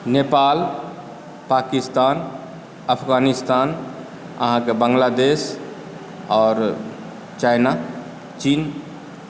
नेपाल पाकिस्तान अफगानिस्तान अहाँकेँ बङ्गलादेश आओर चाइना